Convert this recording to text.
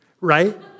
Right